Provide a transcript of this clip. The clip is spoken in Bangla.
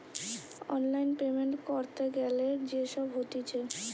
অনলাইন পেমেন্ট ক্যরতে গ্যালে যে সব হতিছে